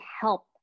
help